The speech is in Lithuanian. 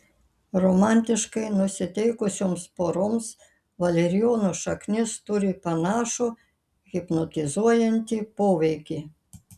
romantiškai nusiteikusioms poroms valerijono šaknis turi panašų hipnotizuojantį poveikį